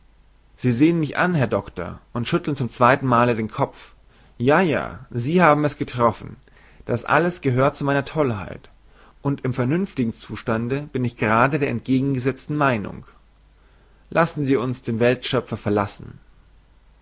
sie sehen mich an herr doktor und schütteln zum zweitenmale den kopf ja ja sie haben es getroffen das alles gehörte zu meiner tollheit und im vernünftigen zustande bin ich grade der entgegengesezten meinung lassen sie uns den weltschöpfer verlassen